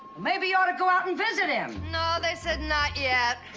maybe you ought to go out and visit him. no. they said not yet.